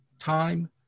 time